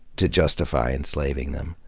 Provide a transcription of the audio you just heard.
to justify enslaving them.